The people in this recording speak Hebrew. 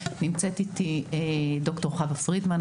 נמצאת אתי ד"ר חוה פרידמן,